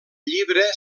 llibre